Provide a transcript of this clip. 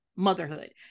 Motherhood